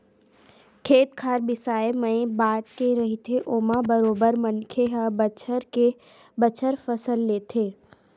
खेत खार बिसाए मए बात के रहिथे ओमा बरोबर मनखे ह बछर के बछर फसल लेथे